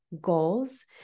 goals